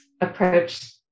approach